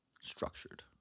Structured